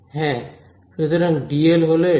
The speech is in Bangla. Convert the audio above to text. হ্যাঁ সুতরাং dl হল এটা